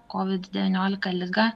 kovid devyniolika ligą